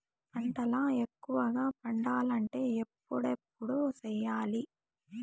పంటల ఎక్కువగా పండాలంటే ఎప్పుడెప్పుడు సేయాలి?